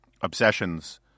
obsessions